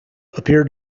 appeared